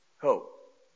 hope